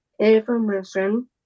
information